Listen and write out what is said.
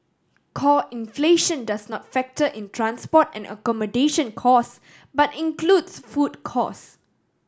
core inflation does not factor in transport and accommodation cost but includes food cost